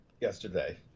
yesterday